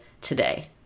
today